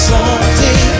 Someday